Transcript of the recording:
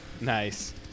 Nice